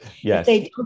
Yes